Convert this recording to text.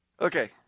Okay